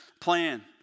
plan